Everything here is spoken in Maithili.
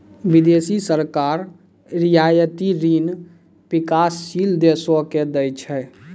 बिदेसी सरकार रियायती ऋण बिकासशील देसो के दै छै